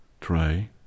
try